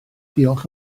diolch